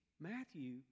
Matthew